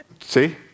See